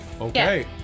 Okay